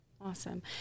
Awesome